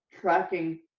tracking